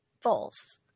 false